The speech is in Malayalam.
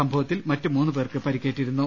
സംഭവത്തിൽ മറ്റ് മൂന്നുപേർക്ക് പരിക്കേറ്റിരുന്നു